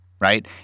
right